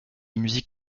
musique